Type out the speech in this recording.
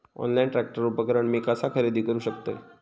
Online tractor उपकरण मी कसा खरेदी करू शकतय?